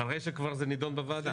יוגב, אחרי שזה כבר נידון בוועדה.